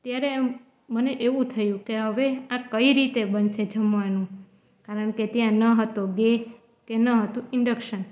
ત્યારે આમ મને એવું થયુ કે હવે આ કઈ રીતે બનશે જમવાનું કારણ કે ત્યાં નહતો ગેસ કે નહતું ઇન્ડક્શન